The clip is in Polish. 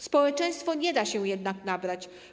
Społeczeństwo nie da się jednak nabrać.